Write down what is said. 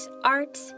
art